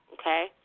Okay